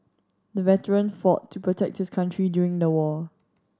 the veteran fought to protect his country during the war